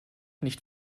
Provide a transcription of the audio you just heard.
nicht